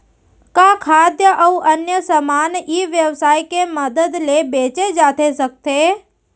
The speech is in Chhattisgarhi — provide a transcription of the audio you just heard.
का खाद्य अऊ अन्य समान ई व्यवसाय के मदद ले बेचे जाथे सकथे?